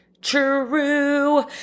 true